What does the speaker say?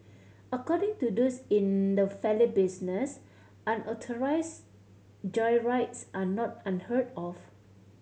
according to those in the valet business unauthorised joyrides are not unheard of